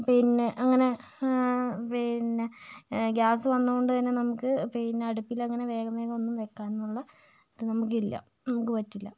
പിന്നെ അങ്ങനെ പിന്നെ ഗ്യാസ് വന്നതു കൊണ്ടു തന്നെ നമുക്ക് പിന്നെ അടുപ്പിലങ്ങനെ വേഗം വേഗം ഒന്നും വെക്കാനുള്ള ഇത് നമുക്കില്ല നമുക്ക് പറ്റില്ല